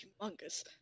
Humongous